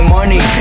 money